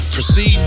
Proceed